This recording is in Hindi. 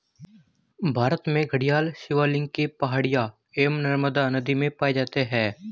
भारत में घड़ियाल शिवालिक की पहाड़ियां एवं नर्मदा नदी में पाए जाते हैं